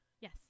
Yes